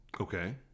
okay